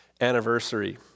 anniversary